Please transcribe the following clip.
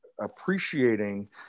appreciating